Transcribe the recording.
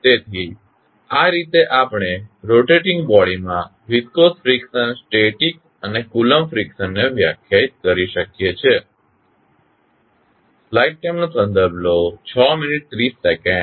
તેથી આ રીતે આપણે રોટેટીંગ બોડીમાં વિસ્કોસ ફ્રીક્શન સ્ટેટીક અને કુલંબ ફ્રીક્શન ને વ્યાખ્યાયિત કરીએ છીએ